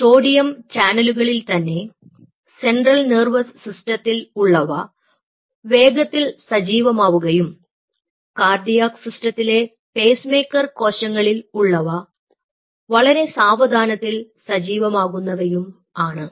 sodium ചാനലുകളിൽ തന്നെ central nervous സിസ്റ്റത്തിൽ ഉള്ളവ വേഗത്തിൽ സജീവമാവുന്നവയും കാർഡിയാക് സിസ്റ്റത്തിലെ പേസ്മേക്കർ കോശങ്ങളിൽ ഉള്ളവ വളരെ സാവധാനത്തിൽ സജീവമാകുന്നവയും ആണ്